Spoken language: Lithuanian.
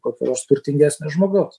kokio nors turtingesnio žmogaus